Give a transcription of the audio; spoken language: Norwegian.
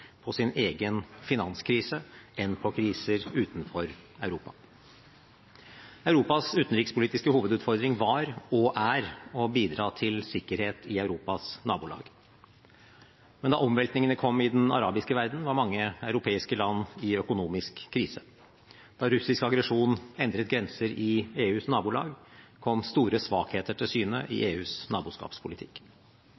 på sin egen finanskrise enn på kriser utenfor Europa. Europas utenrikspolitiske hovedutfordring var og er å bidra til sikkerhet i Europas nabolag. Men da omveltningene kom i den arabiske verden, var mange europeiske land i økonomisk krise. Da russisk aggresjon endret grenser i EUs nabolag, kom store svakheter til syne i EUs naboskapspolitikk.